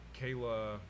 Kayla